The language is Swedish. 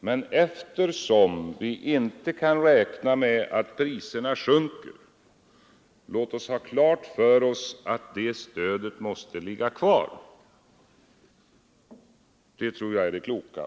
Men eftersom vi inte kan räkna med att priserna sjunker så låt oss ha klart för oss att det stödet måste ligga kvar. Det tror jag är det kloka.